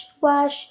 wash